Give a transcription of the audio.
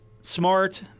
smart